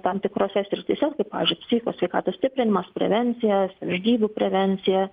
tam tikrose srityse pavyzdžiui psichikos sveikatos stiprinimas prevencija savižudybių prevencija